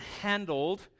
handled